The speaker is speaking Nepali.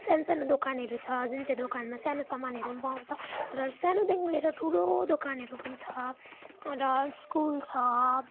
सानो सानो दोकानहरू छ जुन चाहिँ दोकानमा सानो सामानहरू पनि पाउँछ र सानोदेखिको लेएर ठुलो दोकानहरू पनि छ र स्कुल छ